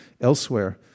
elsewhere